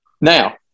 Now